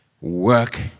work